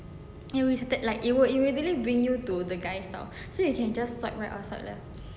it was that like it will it will really bring you to the guys [tau] so you can just swipe right or swipe left